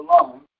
alone